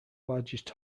largest